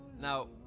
Now